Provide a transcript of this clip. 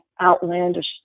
outlandish